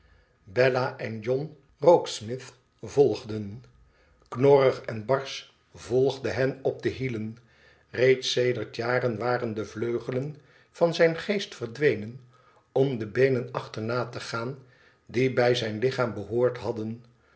bella en john rokesmith volgden knorrig enbarsch volgde hen op de hielen reeds sedert jaren waren de vleugelen van zijn geest verdwenen om de beenen achterna te gaan die bij zijn lichaam behoord hadden